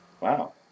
Wow